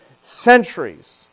centuries